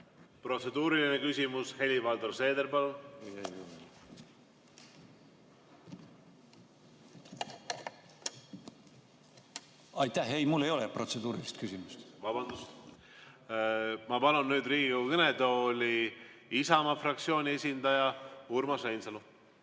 Protseduuriline küsimus, Helir-Valdor Seeder, palun! Ei, mul ei ole protseduurilist küsimust. Vabandust! Ma palun nüüd Riigikogu kõnetooli Isamaa fraktsiooni esindaja Urmas Reinsalu.